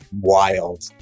wild